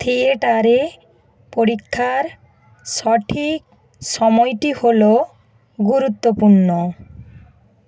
থিয়েটারে পরীক্ষার সঠিক সময়টি হল গুরুত্বপূর্ণ